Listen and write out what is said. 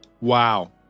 Wow